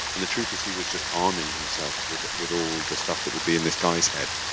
and the truth is, he was just arming himself with with all the stuff that would be in this guy's head.